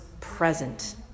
present